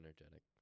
energetic